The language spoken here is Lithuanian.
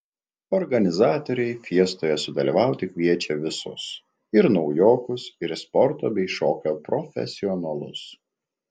organizatoriai fiestoje sudalyvauti kviečia visus ir naujokus ir sporto bei šokio profesionalus